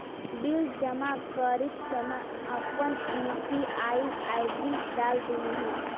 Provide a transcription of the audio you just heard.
bill जमा करित समय अपन यू.पी.आई आई.डी डाल दिन्हें